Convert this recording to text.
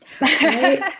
Right